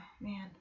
man